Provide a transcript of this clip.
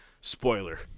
spoiler